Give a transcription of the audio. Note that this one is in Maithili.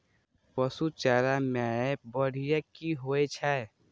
पशु चारा मैं बढ़िया की होय छै?